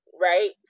Right